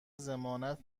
ضمانت